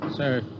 Sir